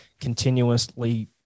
continuously